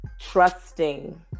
trusting